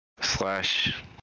Slash